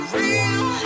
real